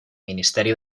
ministeri